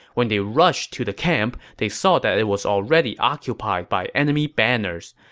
when they rushed to the camp, they saw that it was already occupied by enemy banners.